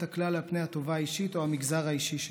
הכלל על פני הטובה האישית או טובת המגזר שלי.